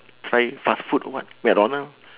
try fast food or what mcdonald